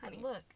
look